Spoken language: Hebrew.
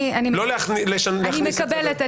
אני מקבלת.